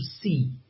see